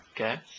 Okay